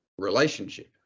Relationship